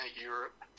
Europe